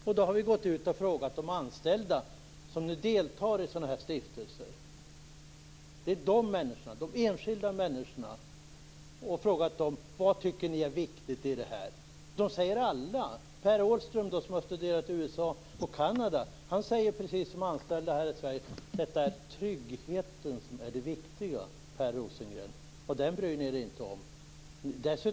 Vi har gått ut och frågat de anställda som deltar i sådana här stiftelser - de enskilda människorna - vad de tycker är viktigt. Per Åhlström, som har studerat i USA och Kanada, säger precis som de anställda här i Sverige: Det är tryggheten som är det viktiga. Den, Per Rosengren, bryr ni er inte om.